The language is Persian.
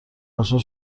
اشنا